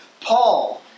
Paul